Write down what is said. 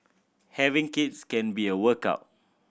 having kids can be a workout